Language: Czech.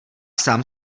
sám